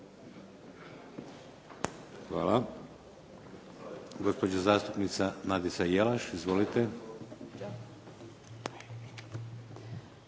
Hvala. Gospođa zastupnica Nadica Jelaš. Izvolite.